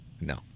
No